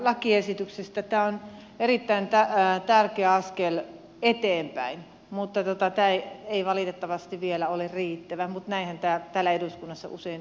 tämä on erittäin tärkeä askel eteenpäin mutta tämä ei valitettavasti vielä ole riittävä mutta näinhän täällä eduskunnassa usein todetaan